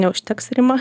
neužteks rima